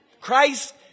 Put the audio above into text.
Christ